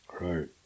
Right